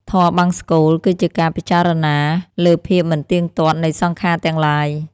ធម៌បង្សុកូល គឺជាការពិចារណាលើភាពមិនទៀងទាត់នៃសង្ខារទាំងឡាយ។